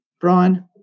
Brian